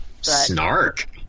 Snark